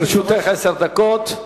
לרשותך עשר דקות.